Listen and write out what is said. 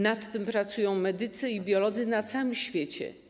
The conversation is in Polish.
Nad tym pracują medycy i biolodzy na całym świecie.